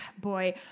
Boy